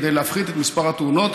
כדי להפחית את מספר התאונות,